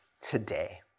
today